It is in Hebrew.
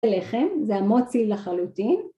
לחם, זה המוציא לחלוטין.